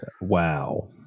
Wow